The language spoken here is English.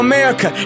America